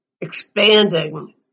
Expanding